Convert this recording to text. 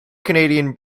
canadian